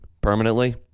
permanently